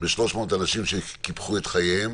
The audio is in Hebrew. ב-300 אנשים שקיפחו את חייהם